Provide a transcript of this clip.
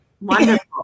Wonderful